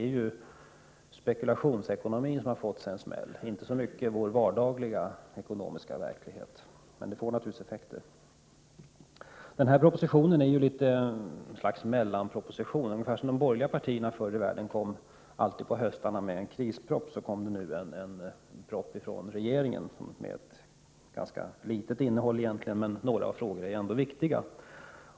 Det är spekulationsekonomin som har fått sig en smäll, inte så mycket vår vardagliga ekonomiska verklighet, men det inträffade får naturligtvis effekter. Den aktuella propositionen är ett slags mellanproposition. På samma sätt som de borgerliga partierna på sin tid brukade under hösten komma med en krisproposition har det nu framlagts en proposition med ett egentligen ganska litet innehåll. Men några frågor i den är ändå viktiga.